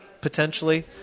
potentially